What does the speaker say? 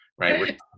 right